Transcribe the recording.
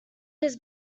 his